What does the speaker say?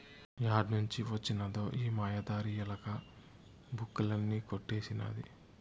ఏడ్నుంచి వొచ్చినదో ఈ మాయదారి ఎలక, బుక్కులన్నీ కొట్టేసినాది